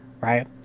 right